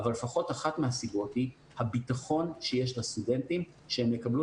אבל לפחות אחת מהסיבות היא הביטחון שיש לסטודנטים שהם יקבלו